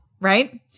right